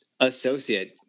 Associate